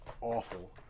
awful